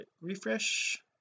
refresh